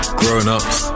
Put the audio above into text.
grown-ups